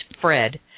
Fred